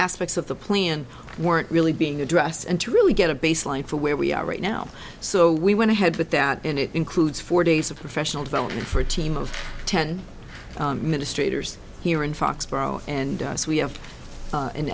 aspects of the plan weren't really being addressed and to really get a baseline for where we are right now so we went ahead with that and it includes four days of professional development for a team of ten minutes traders here in foxboro and so we have